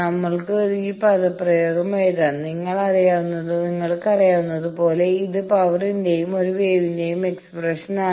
നമ്മൾക്ക് ഈ പദപ്രയോഗം എഴുതാം നിങ്ങൾക്ക് അറിയാവുന്നതുപോലെ ഇത് പവറിന്റെയും ഒരു വേവിന്റെയും എക്സ്പ്രഷനാണ്